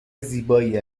زیبایی